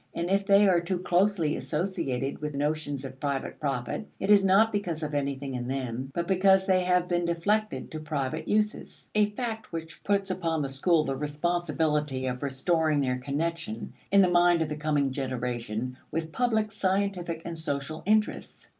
and if they are too closely associated with notions of private profit, it is not because of anything in them, but because they have been deflected to private uses a fact which puts upon the school the responsibility of restoring their connection, in the mind of the coming generation, with public scientific and social interests.